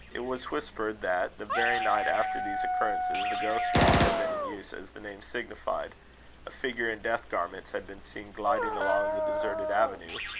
it was whispered that, the very night after these occurrences, the ghost's walk had been in use as the name signified a figure in death-garments had been seen gliding along the deserted avenue,